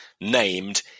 named